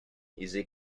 easy